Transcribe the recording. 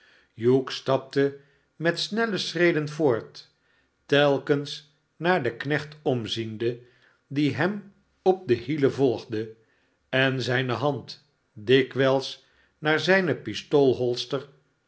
hugh stapte met snelle schreden voort telkens naar den knecht omziende die hem op de hielen volgde en zijne hand dikwijls naar zijne